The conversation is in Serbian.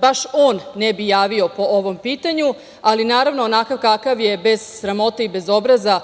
baš on ne bi javio po ovom pitanju, ali naravno onakav kakav je bez sramote i bez obraza